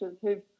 who've